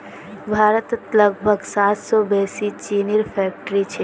भारतत लगभग सात सौ से बेसि चीनीर फैक्ट्रि छे